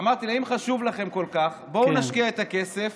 אמרתי להם שאם חשוב להם כל כך, אז נשקיע את הכסף